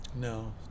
No